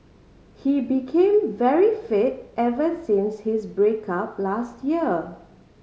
he became very fit ever since his break up last year